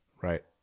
Right